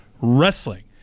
Wrestling